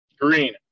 Green